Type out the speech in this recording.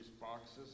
boxes